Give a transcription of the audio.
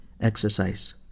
Exercise